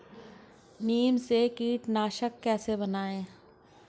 नीम से कीटनाशक कैसे बनाएं?